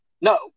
No